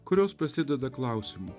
kurios prasideda klausimu